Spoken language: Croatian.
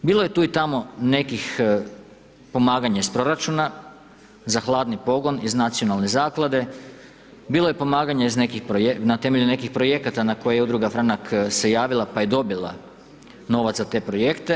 Bilo je tu i tamo nekih pomaganja iz proračuna za hladni pogon iz Nacionalne zaklade, bilo je pomaganja na temelju nekih projekata na koje Udruga Franak se javila, pa je dobila novac za te projekte.